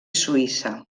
suïssa